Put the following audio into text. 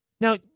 Now